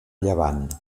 llevant